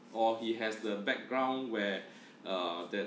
or he has the background where uh that